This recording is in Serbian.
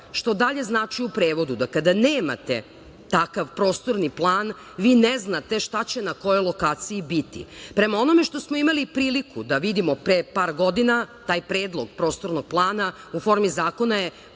što dalje znači u prevodu da kada nemate takav prostorni plan, vi ne znate šta će na kojoj lokaciji biti. Prema onome što smo imali priliku da vidimo pre par godina, taj predlog prostornog plana u formi zakona je